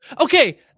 Okay